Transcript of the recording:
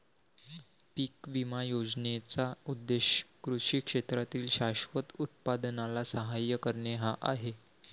पीक विमा योजनेचा उद्देश कृषी क्षेत्रातील शाश्वत उत्पादनाला सहाय्य करणे हा आहे